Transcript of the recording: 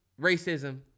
racism